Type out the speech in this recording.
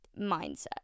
mindset